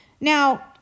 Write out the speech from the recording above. Now